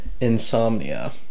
insomnia